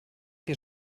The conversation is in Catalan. que